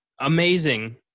amazing